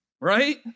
Right